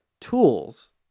tools